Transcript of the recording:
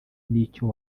n’icyo